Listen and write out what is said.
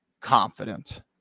confident